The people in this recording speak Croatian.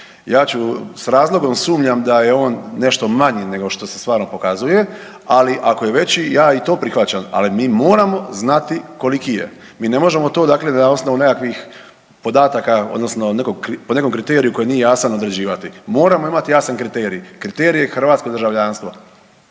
Ja ću, s razlogom sumnjam da je on nešto manji nego što se stvarno pokazuje, ali ako je veći ja i to prihvaćam, ali mi moramo znati koliki je. Mi ne možemo to dakle na osnovu nekakvih podataka odnosno po nekom kriteriju koji nije jasan određivati. Moramo imati jasan kriterij, kriterije hrvatskog državljanstva.